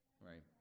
right